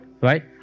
right